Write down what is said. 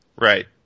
Right